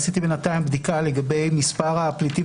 עשיתי בינתיים בדיקה לגבי מספר הפליטים